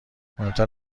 مهمتر